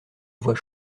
voix